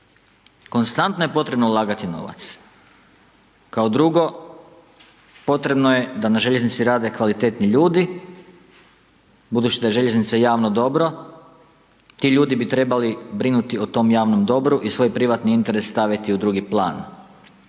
Konstantno je potrebno ulagati novac. Kao drugo, potrebno je da na željeznici rade kvalitetni ljudi, budući da je željeznica javno dobro, ti ljudi bi trebali brinuti o tom javnom dobru i svoj privatni interes staviti u drugi plan.